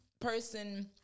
person